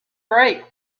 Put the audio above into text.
break